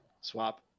swap